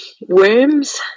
Worms